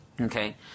Okay